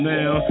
Now